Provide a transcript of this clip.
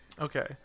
Okay